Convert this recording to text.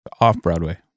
Off-Broadway